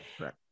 Right